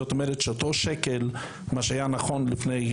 זאת אומרת שאותו שקל מה שהיה נכון לפני,